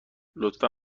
لطفا